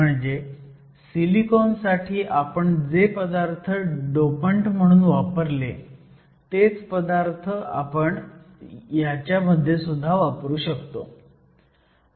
म्हणजे सिलिकॉन साठी आपण जे पदार्थ डोपंट म्हणून वापरले तेच पदार्थ आपण ह्याच्या मध्ये सुद्धा वापरू शकतो